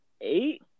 eight